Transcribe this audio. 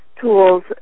tools